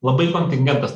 labai kontingentas